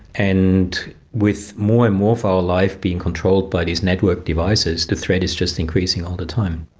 and with more and more of our life being controlled by these networked devices, the threat is just increasing all the time.